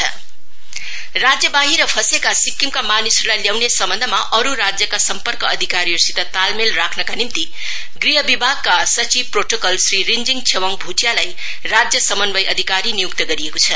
appointment coordination राज्यबाहिर फैंसेका सिक्किमका मानिसहरुलाई ल्याउने सम्बन्धमा अरु राज्यका सम्पर्क अधिकारीहरुसित तालमेल राख्रका निम्ति गृह विभागका सचिव प्रोटोकल श्री रिन्जीङ छेवाङ भूटियालाई समन्वय अधिकारी नियुक्त गरिएको छ